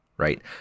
right